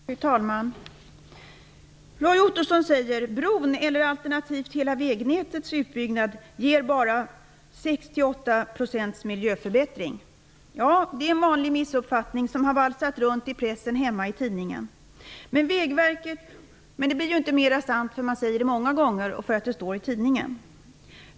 Fru talman! Roy Ottosson sade att bron eller alternativt hela vägnätets utbyggnad bara ger 6-8 % miljöförbättring. Det är en vanlig missuppfattning som har valsat runt i tidningen hemma. Men det blir ju inte mera sant för att man säger det många gånger och för att det står i tidningen.